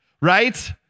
Right